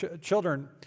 children